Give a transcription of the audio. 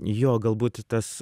jo galbūt tas